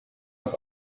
auf